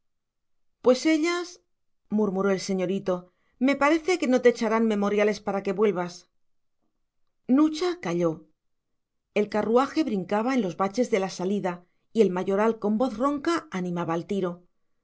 chicas pues ellas murmuró el señorito me parece que no te echarán memoriales para que vuelvas nucha calló el carruaje brincaba en los baches de la salida y el mayoral con voz ronca animaba al tiro